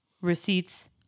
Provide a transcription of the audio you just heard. receipts